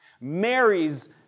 Mary's